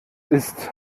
ist